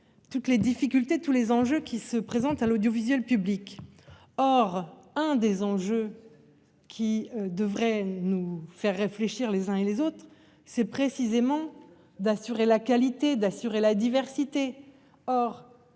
Toutes les difficultés de tous les enjeux qui se présentent à l'audiovisuel public. Or un des enjeux. Qui devrait nous faire réfléchir les uns et les autres, c'est précisément d'assurer la qualité d'assurer la diversité.